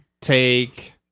take